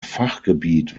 fachgebiet